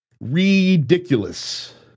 ridiculous